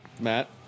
Matt